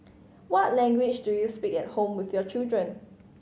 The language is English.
what language do you speak at home with your children